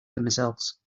themselves